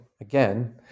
again